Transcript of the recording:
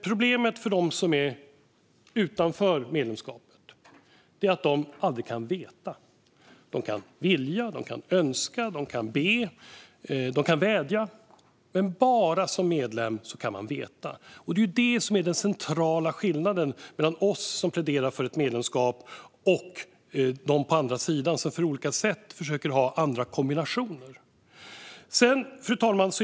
Problemet för dem som är utanför medlemskapet är att de aldrig kan veta. De kan vilja, de kan önska, de kan be och de kan vädja, men det är bara som medlem man kan veta. Det är det som är den centrala skillnaden mellan oss som pläderar för ett medlemskap och dem på andra sidan som försöker ha andra kombinationer. Fru talman!